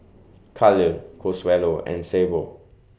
Khalil Consuelo and Sable